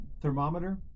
thermometer